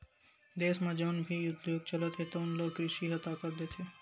देस म जउन भी उद्योग चलत हे तउन ल कृषि ह ताकत देथे